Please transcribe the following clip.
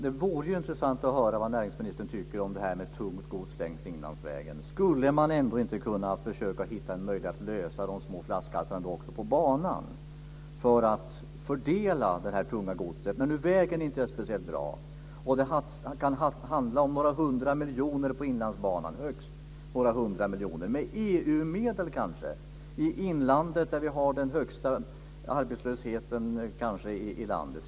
Det vore ju intressant att höra vad näringsministern tycker om det här med tungt gods längs Inlandsvägen. Skulle man ändå inte kunna försöka hitta en möjlighet att lösa de små flaskhalsarna också på banan för att fördela det här tunga godset? Vägen är ju inte speciellt bra. Det kan handla om högst några hundra miljoner på Inlandsbanan. Det kan möjligen bli aktuellt med EU-medel i inlandet där vi har den kanske högsta arbetslösheten i landet.